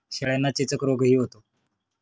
शेळ्यांना चेचक रोगही होतो